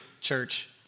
church